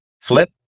Flip